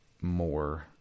more